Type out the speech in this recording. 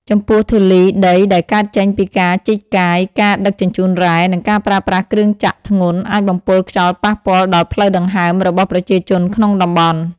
ចំពោះធូលីដីដែលកើតចេញពីការជីកកាយ ការដឹកជញ្ជូនរ៉ែ និងការប្រើប្រាស់គ្រឿងចក្រធ្ងន់ អាចបំពុលខ្យល់ប៉ះពាល់ដល់ផ្លូវដង្ហើមរបស់ប្រជាជនក្នុងតំបន់។